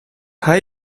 hij